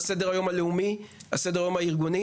נמצאים על סדר היום הלאומי ועל סדר היום הארגוני.